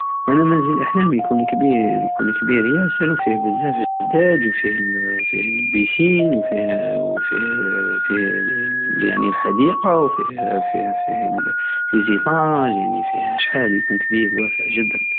أنا منزل أحلامي يكون كبير- يكون كبير ياسر وفيه بزاف الزداج وفيهال- فيه البيسين وفيه وفيه- وفيه يعني الحديقة وفيه فيه- فيه ليزيطاج وفيه شحال يكون واسع جدا